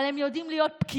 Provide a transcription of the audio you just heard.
אבל הם יודעים להיות פקידים,